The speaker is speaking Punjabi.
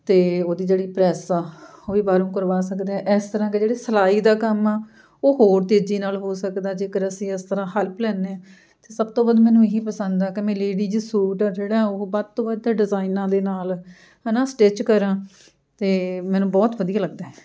ਅਤੇ ਉਹਦੀ ਜਿਹੜੀ ਪ੍ਰੈੱਸ ਆ ਉਹ ਵੀ ਬਾਹਰੋਂ ਕਰਵਾ ਸਕਦੇ ਹਾਂ ਇਸ ਤਰ੍ਹਾਂ ਕਿ ਜਿਹੜੇ ਸਿਲਾਈ ਦਾ ਕੰਮ ਆ ਉਹ ਹੋਰ ਤੇਜ਼ੀ ਨਾਲ ਹੋ ਸਕਦਾ ਜੇਕਰ ਅਸੀਂ ਇਸ ਤਰ੍ਹਾਂ ਹੈਲਪ ਲੈਂਦੇ ਹਾਂ ਅਤੇ ਸਭ ਤੋਂ ਵੱਧ ਮੈਨੂੰ ਇਹ ਹੀ ਪਸੰਦ ਆ ਕਿ ਮੈਂ ਲੇਡੀਜ ਸੂਟ ਆ ਜਿਹੜਾ ਉਹ ਵੱਧ ਤੋਂ ਵੱਧ ਡਿਜ਼ਾਇਨਾਂ ਦੇ ਨਾਲ ਹੈ ਨਾ ਸਟਿੱਚ ਕਰਾਂ ਅਤੇ ਮੈਨੂੰ ਬਹੁਤ ਵਧੀਆ ਲੱਗਦਾ ਹੈ